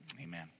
Amen